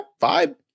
Vibe